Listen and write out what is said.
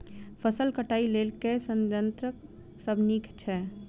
फसल कटाई लेल केँ संयंत्र सब नीक छै?